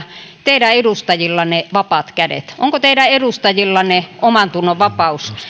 teidän edustajillanne vapaat kädet onko teidän edustajillanne omantunnon vapaus